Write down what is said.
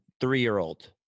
three-year-old